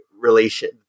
relation